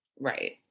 Right